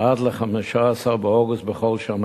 עד 15 באוגוסט בכל שנה.